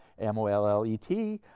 m o l l e t,